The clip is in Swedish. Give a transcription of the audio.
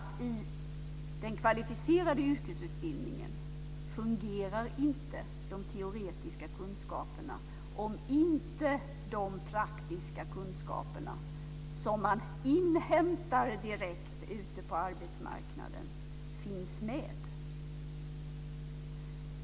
I den kvalificerade yrkesutbildningen fungerar nämligen inte de teoretiska kunskaperna om inte de praktiska kunskaperna som man inhämtar direkt ute på arbetsmarknaden finns med.